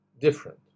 different